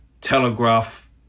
telegraph